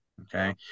Okay